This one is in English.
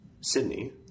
Sydney